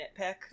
nitpick